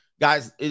guys